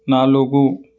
నాలుగు